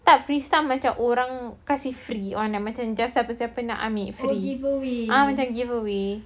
tak free stuff macam orang kasih free orang nak macam just siapa-siapa nak ambil free ah macam give away